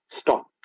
Stop